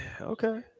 Okay